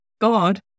God